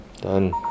Done